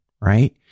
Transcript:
right